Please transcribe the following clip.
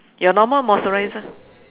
your normal moisturizer